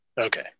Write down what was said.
Okay